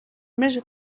més